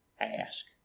ask